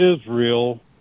Israel